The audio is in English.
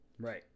Right